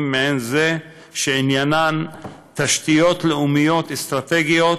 מעין זה שעניינם תשתיות לאומיות אסטרטגיות,